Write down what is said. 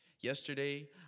Yesterday